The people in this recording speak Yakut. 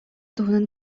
туһунан